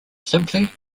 simply